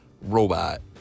robot